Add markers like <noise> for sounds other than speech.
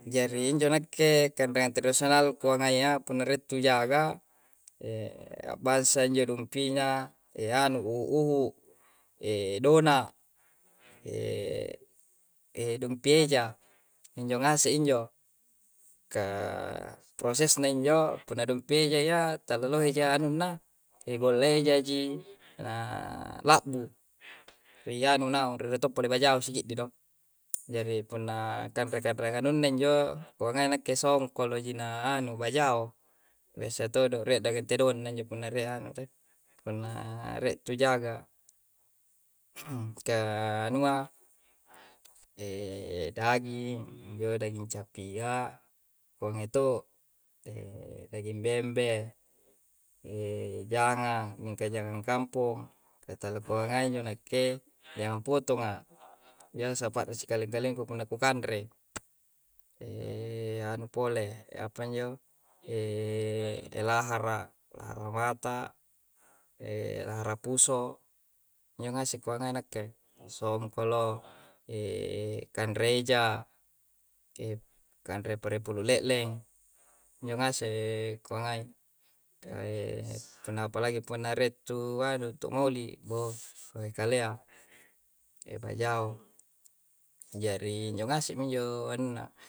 Jari injo nakke kandraeng todosonal kongaya punarettu ja'gaa <hesitation> bassa injo lumpunya <hesitation> anu u u'hu <hesitation> dona <hesitation> dum'piaja injo ngaseng injo ka <hesitation> prosesnya injo pudampi eja yaa talo'he ja anunna egoleja ji naa la'bu teyanu narro toppo pajao siji ji do. Jari punnaa kanre'-kanre' anunna injo konganae nakke songkolo ji na anu bajao, wesse todo redda gentedo'ne injo punare'a anu do, punna <hesitation> rettu ja'ga. Ka <hesitation> anua <hesitation> daging, injo daging cappia, pongeto' <hesitation> daging bembee, <hesitation> janga, minta mingka janga kampo tatalu ponganai na'ke ayam potong'nga. Yang separu' sekaling kalikung ko kandre <hesitation> yano pole <hesitation> <noise> apa injo <noise> <hesitation> laha'ra, larafata, <noise> <hesitation> larapuso nyong aseng koangana'ke songkollo <hesitation> kanreja, <hesitation> kandre pare pulu le'leng <noise> injo ngaseng koangae. <hesitation> konepa lagi <noise> ponna reccu anu <noise> to'moli, bo kalea <hesitation> bajauo, jari injo aseng mi injo anu na.